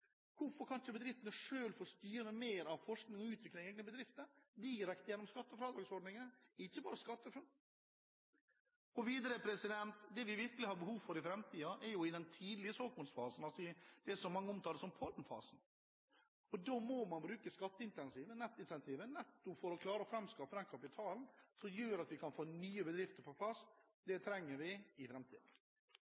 Hvorfor kan ikke bedriftene selv få styre mer av forskning og utvikling i egne bedrifter direkte gjennom skattefradragsordningen, ikke bare gjennom SkatteFUNN? Og videre: Der vi virkelig har behov for virkemidler i framtiden, er jo i den tidlige såkornfasen, det som mange omtaler som pollenfasen. Da må man bruke skatteincentiver nettopp for å framskaffe den kapitalen som gjør at vi kan få nye bedrifter på plass.